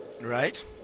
Right